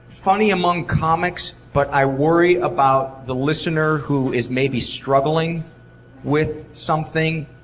funny among comics, but i worry about the listener who is maybe struggling with something,